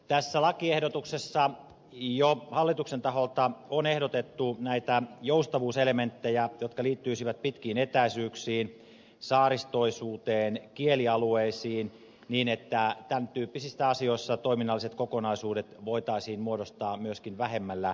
tässä lakiehdotuksessa jo hallituksen taholta on ehdotettu näitä joustavuuselementtejä jotka liittyisivät pitkiin etäisyyksiin saaristoisuuteen kielialueisiin niin että tämäntyyppisissä asioissa toiminnalliset kokonaisuudet voitaisiin muodostaa myöskin vähemmällä tilaluvulla